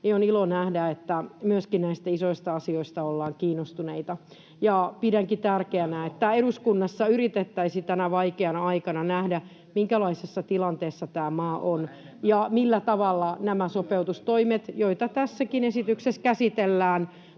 on ilo nähdä, että myöskin näistä isoista asioista ollaan kiinnostuneita. [Petri Huru: Myös oppositiossa!] Pidänkin tärkeänä, että eduskunnassa yritettäisiin tänä vaikeana aikana nähdä, minkälaisessa tilanteessa tämä maa on ja millä tavalla nämä sopeutustoimet, joita tässäkin esityksessä käsitellään,